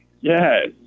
Yes